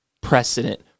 precedent